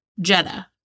Jetta